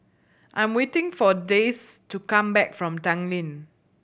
I am waiting for Dayse to come back from Tanglin